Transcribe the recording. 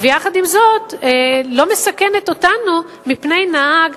כי הסטיגמה, איך שלא יהיה, כבר קיימת, האיש הזה